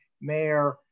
mayor